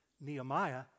Nehemiah